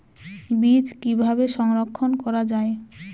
বীজ কিভাবে সংরক্ষণ করা যায়?